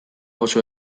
oso